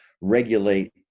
regulate